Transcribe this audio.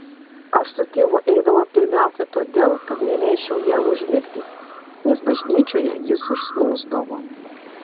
aš su tėvu eidavau pirmiausia todėl kad neleisčiau jam užmigti nes bažnyčioje jis užsnūsdavo